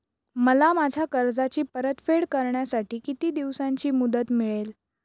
मला माझ्या कर्जाची परतफेड करण्यासाठी किती दिवसांची मुदत मिळेल?